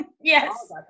yes